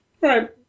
Right